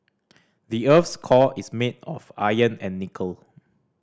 the earth's core is made of iron and nickel